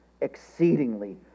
exceedingly